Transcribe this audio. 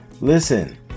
Listen